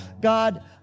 God